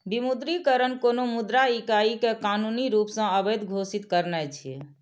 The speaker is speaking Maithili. विमुद्रीकरण कोनो मुद्रा इकाइ कें कानूनी रूप सं अवैध घोषित करनाय छियै